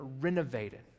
renovated